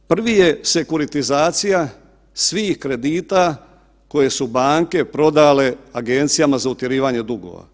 Prvi je sekuritizacija svih kredita koje su banke prodale Agencijama za utjerivanje dugova.